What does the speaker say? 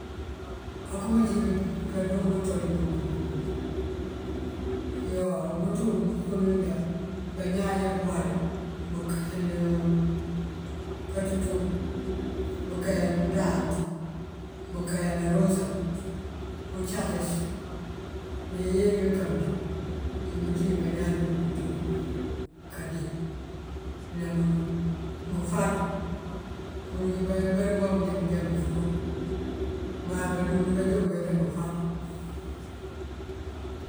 Á këma ací kandoo kandoo ţolo bëmbëmbëm iyoo. Umënţun uwí baronun já bañaan yabuwal bënkand patuto bënkay undant, bënkayën narosa, ucatës, na iyeen ngëkëmëdë. Imënţi yun ibañaan joo bunjúŋ kandee ná ngëfad. Ngul ngí barunkooŋ já ngëfuro má balund banjon kënjá ngëfad.